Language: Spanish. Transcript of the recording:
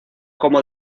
como